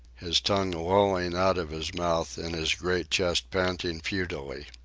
his tongue lolling out of his mouth and his great chest panting futilely.